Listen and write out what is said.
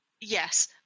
Yes